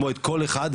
כמו את כל אחד,